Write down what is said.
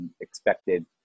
expected